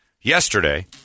yesterday